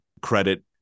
credit